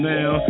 Now